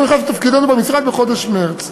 אנחנו נכנסנו לתפקידנו במשרד בחודש מרס.